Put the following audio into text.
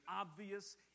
obvious